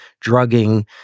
drugging